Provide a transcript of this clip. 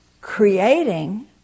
creating